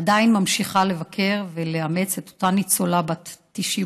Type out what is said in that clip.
ועדיין ממשיכה לבקר ולאמץ את אותה ניצולה בת 98,